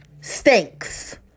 stinks